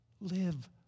Live